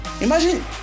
Imagine